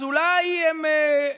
אז אולי הם,